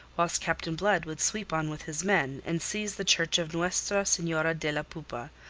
whilst captain blood would sweep on with his men, and seize the church of nuestra senora de la poupa,